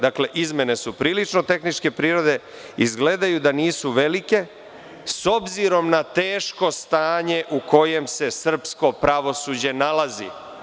Dakle - izmene su prilično tehničke prirode, izgledaju da nisu velike, s obzirom na teško stanje u kojem se srpsko pravosuđe nalazi.